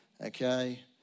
Okay